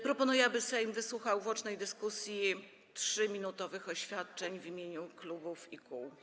Proponuję, aby Sejm wysłuchał w łącznej dyskusji 3-minutowych oświadczeń w imieniu klubów i kół.